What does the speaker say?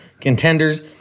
contenders